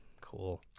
Cool